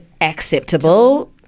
acceptable